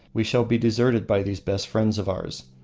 we shall be deserted by these best friends of ours.